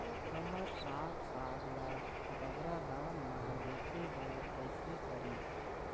हमर साग साग ला बगरा दाम मा बेचे बर कइसे करी?